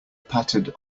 pattered